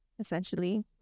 essentially